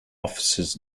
officers